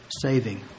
saving